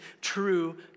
true